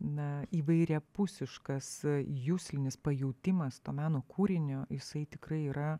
na įvairiapusiškas juslinis pajautimas to meno kūrinio jisai tikrai yra